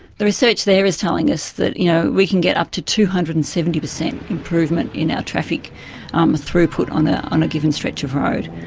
the research there is telling us that you know we can get up to two hundred and seventy percent improvement in our traffic um throughput on ah on a given stretch of road.